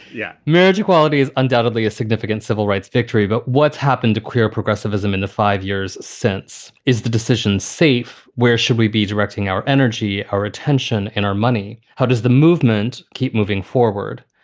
yeah marriage equality is undoubtedly a significant civil rights victory. but what's happened to queer progressivism in the five years since? is the decision safe? where should we be directing our energy, our attention and our money? how does the movement keep moving forward?